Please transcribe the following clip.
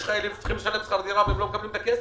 יש חיילים שצריכים לשלם שכר דירה והם לא מקבלים את הכסף.